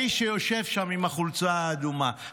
האיש שיושב שם עם החולצה האדומה,